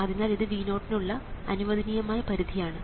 അതിനാൽ ഇത് V0 ന് ഉള്ള അനുവദനീയമായ പരിധി ആണ്